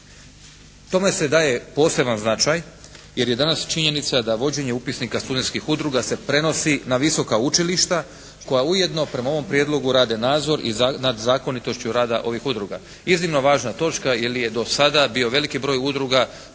Tome se daje poseban značaj jer je danas činjenica da vođenje upisnika studentskih udruga se prenosi na visoka učilišta koja ujedno prema ovom Prijedlogu rade nadzor i nad zakonitošću rada ovih udruga. Iznimno važna točka jer je do sada bio veliki broj udruga